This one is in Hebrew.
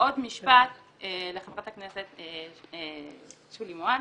עוד משפט לחברת הכנסת שולי מועלם.